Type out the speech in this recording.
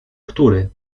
który